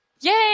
Yay